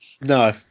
No